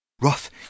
Roth